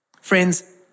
Friends